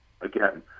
Again